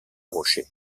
rochers